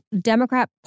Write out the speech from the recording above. Democrat